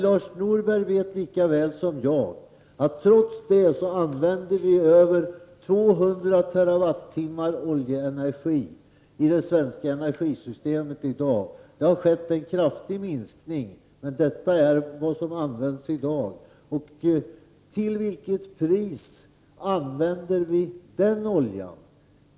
Lars Norberg vet lika väl som jag att trots det använder vi över 200 terrawattimmar oljeenergi i det svenska energisystemet i dag. Det har skett en kraftig minskning, men detta är vad som används i dag. Till vilket pris använder vi denna olja ?